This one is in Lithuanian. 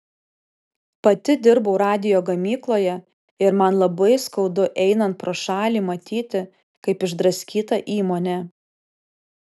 pati dirbau radijo gamykloje ir man labai skaudu einant pro šalį matyti kaip išdraskyta įmonė